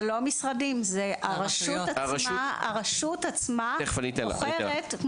זה לא המשרדים, זו הרשות עצמה בוחרת.